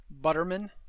butterman